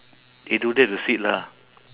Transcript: they don't dare to sit lah